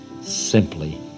simply